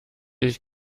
ich